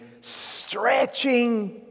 stretching